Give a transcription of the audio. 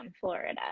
Florida